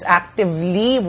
actively